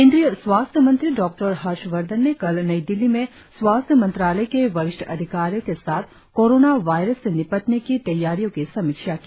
केंद्रीय स्वास्थ्य मंत्री डॉ हर्षबर्धन ने कल नई दिल्ली में स्वास्थ्य मंत्रालय के वरिष्ठ अधिकारियों के साथ कोरोना वायरस से निपटने की तैयारियों की समीक्षा की